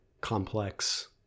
complex